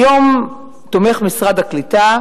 היום תומך משרד הקליטה,